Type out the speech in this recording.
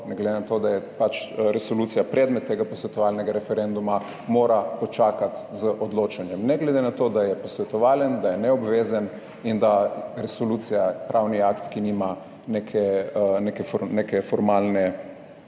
ne glede na to, da je pač resolucija predmet tega posvetovalnega referenduma, mora počakati z odločanjem, ne glede na to, da je posvetovalen, da je neobvezen in da je resolucija pravni akt, ki nima neke formalne